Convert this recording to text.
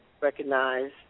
recognize